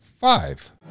five